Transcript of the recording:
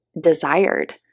desired